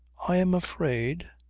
i am afraid.